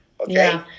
Okay